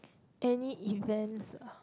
any events ah